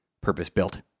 purpose-built